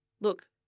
look